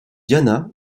diana